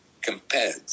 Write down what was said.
compared